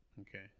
Okay